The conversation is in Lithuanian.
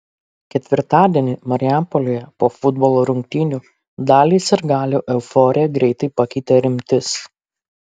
ketvirtadienį marijampolėje po futbolo rungtynių daliai sirgalių euforiją greitai pakeitė rimtis